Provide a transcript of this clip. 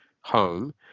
home